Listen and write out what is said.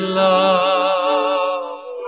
love